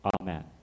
Amen